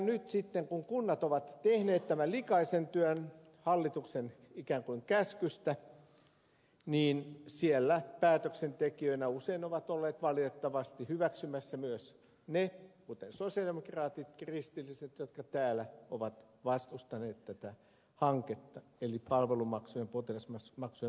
nyt sitten kun kunnat ovat tehneet tämän likaisen työn hallituksen ikään kuin käskystä siellä päätöksentekijöinä usein ovat olleet valitettavasti hyväksymässä myös ne kuten sosialidemokraatit ja kristilliset jotka täällä ovat vastustaneet tätä hanketta eli palvelumaksujen ja potilasmaksujen nostamista